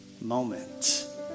moment